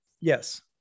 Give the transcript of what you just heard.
Yes